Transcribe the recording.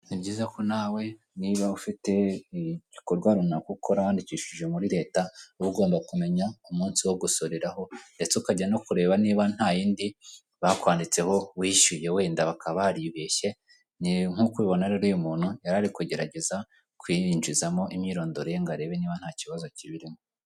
Ni byiza ko nawe niba ufite igikorwa runaka ukora wandikishije muri leta. Uba ugomba kumenya umunsi wo gusoreraho, ndetse ukajya no kureba niba nta yindi bakwanditseho wishyuye wenda bakaba baribeshye. Nk'uko ubibona rero uyu umuntu yari ari kugerageza kuyinjizamo imyirondoro ye, ngo arebe niba nta kibazo kibirimo.